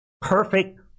perfect